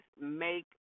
Make